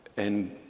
and,